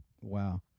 Wow